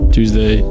Tuesday